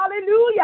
Hallelujah